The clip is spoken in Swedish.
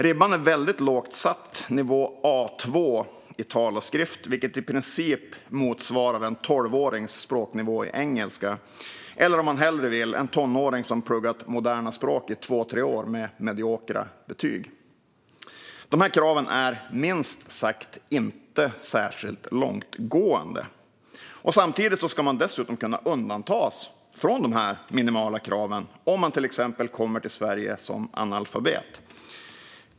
Ribban är väldigt lågt satt. Nivå A2 i tal och skrift motsvarar i princip en tolvårings språknivå i engelska, eller en tonårings språknivå som pluggat moderna språk i två tre år med mediokra betyg. Dessa krav är minst sagt inte särskilt långtgående. Samtidigt ska man dessutom kunna undantas från dessa minimala krav om man till exempel kommer till Sverige som analfabet.